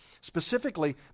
specifically